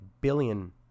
billion